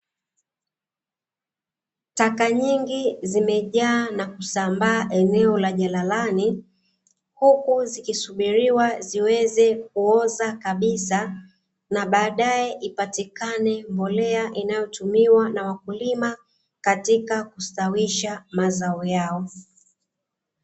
Taka nyingi zimejaa na kusambaa eneo la jalalani, huku zikisubiriwa ziweze kuoza kabisa na baadae ipatikane mbolea inayotumiwa na wakulima katika kustawisha mazao yao.